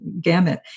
gamut